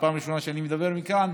פעם ראשונה שאני מדבר מכאן,